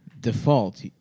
default